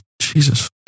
Jesus